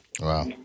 Wow